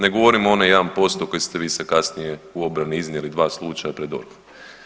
Ne govorim o onaj 1% koji ste vi se kasnije u obrani iznijeli, 2 slučaja pred DORH-om.